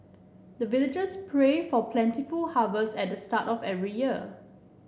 the villagers pray for plentiful harvest at the start of every year